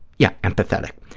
yeah, empathetic.